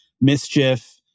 mischief